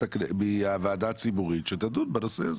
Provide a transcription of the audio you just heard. מהוועדה הציבורית שתדון בנושא הזה.